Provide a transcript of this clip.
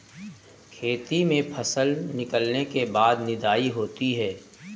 खेती में फसल निकलने के बाद निदाई होती हैं?